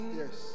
yes